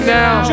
now